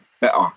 better